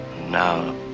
Now